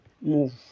move